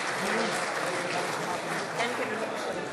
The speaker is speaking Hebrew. מאולם המליאה.) כבוד הנשיא.